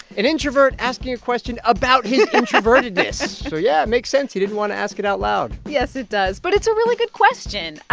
an introvert asking a question about his introvertedness so yeah, it makes sense he didn't want to ask it out loud yes, it does. but it's a really good question.